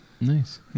Nice